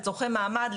לצורכי מעמד,